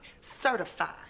certified